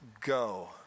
go